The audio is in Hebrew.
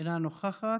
אינה נוכחת.